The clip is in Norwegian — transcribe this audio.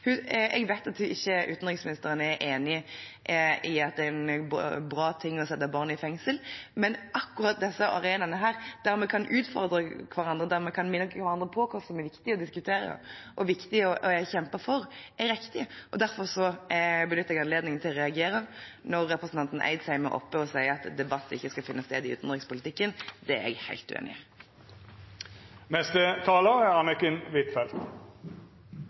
ikke er enig i at det er bra å sette barn i fengsel. Akkurat disse arenaene, der vi kan utfordre hverandre og minne hverandre på hva som er viktig å diskutere og viktig å kjempe for, er viktige. Derfor benytter jeg anledningen til å reagere når representanten Eidsheim er oppe og sier at debatt ikke skal finne sted i utenrikspolitikken. Det er jeg helt uenig i. Det er bred enighet om norsk utenrikspolitikk. Det er